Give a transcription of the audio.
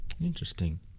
Interesting